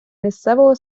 місцевого